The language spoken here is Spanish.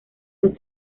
los